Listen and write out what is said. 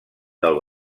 del